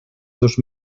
dos